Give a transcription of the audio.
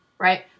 right